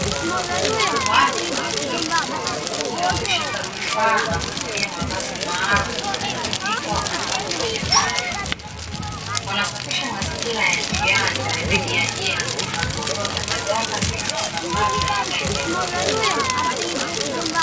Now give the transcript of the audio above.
Watu wa kike kwa wakiume wameshika vifaa na kuvalia mavazi maalumu yanayotumika wakati wa kufanya usafi. Wanasafisha mazingira ya njiani pembeni ya jengo na kuondoa takataka zilizosambaa katika eneo hilo.